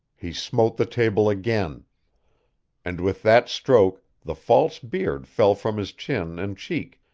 he smote the table again and with that stroke the false beard fell from his chin and cheek,